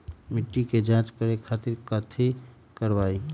मिट्टी के जाँच करे खातिर कैथी करवाई?